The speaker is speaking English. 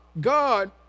God